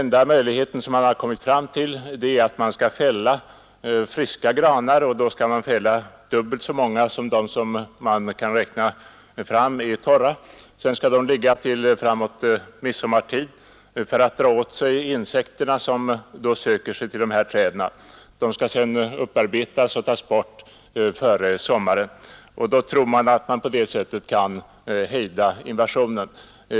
Enda möjligheten som man kommit fram till är att fälla friska granar, dubbelt så många som man kan räkna fram är torra. De skall ligga till framåt midsommartid för att dra åt sig insekterna, som då söker sig till dessa träd. Virket skall sedan upparbetas och tas bort före sommaren. På det sättet tror man sig kunna hejda invasionen.